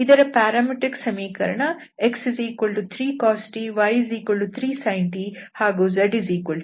ಇದರ ಪ್ಯಾರಾಮೆಟ್ರಿಕ್ ಸಮೀಕರಣ x3cos t y3sin t z3